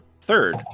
third